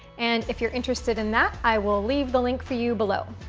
and if you're interested in that, i will leave the link for you below.